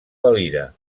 valira